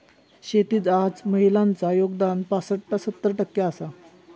शेतीत आज महिलांचा योगदान पासट ता सत्तर टक्के आसा